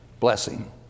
blessing